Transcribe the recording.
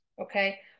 Okay